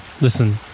Listen